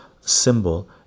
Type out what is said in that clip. symbol